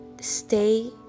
stay